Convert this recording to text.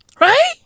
Right